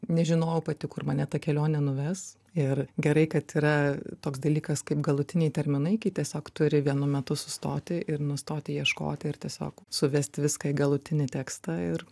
nežinojau pati kur mane ta kelionė nuves ir gerai kad yra toks dalykas kaip galutiniai terminai kai tiesiog turi vienu metu sustoti ir nustoti ieškoti ir tiesiog suvest viską į galutinį tekstą ir